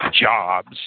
jobs